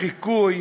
החיקוי